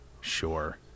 sure